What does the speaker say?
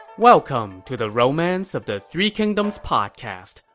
welcome to the romance of the three kingdoms podcast.